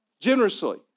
generously